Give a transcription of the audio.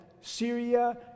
Syria